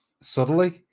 subtly